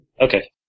Okay